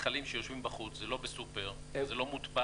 מכלים שיושבים בחוץ, זה לא בסופר, זה לא מוטבע.